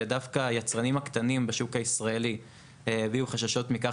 ודווקא היצרנים הקטנים בשוק הישראלי הביעו חששות מכך